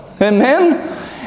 Amen